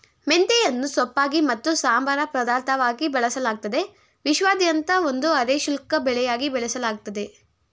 ಮೆಂತೆಯನ್ನು ಸೊಪ್ಪಾಗಿ ಮತ್ತು ಸಂಬಾರ ಪದಾರ್ಥವಾಗಿ ಬಳಸಲಾಗ್ತದೆ ವಿಶ್ವಾದ್ಯಂತ ಒಂದು ಅರೆ ಶುಷ್ಕ ಬೆಳೆಯಾಗಿ ಬೆಳೆಸಲಾಗ್ತದೆ